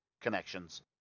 connections